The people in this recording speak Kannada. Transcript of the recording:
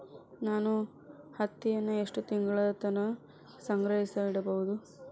ನಾನು ಹತ್ತಿಯನ್ನ ಎಷ್ಟು ತಿಂಗಳತನ ಸಂಗ್ರಹಿಸಿಡಬಹುದು?